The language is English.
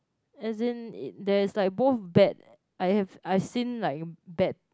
as in there is like both bad I have I seen like bad